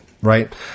right